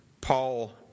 Paul